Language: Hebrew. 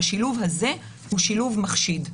והשילוב הזה הוא שילוב מחשיד.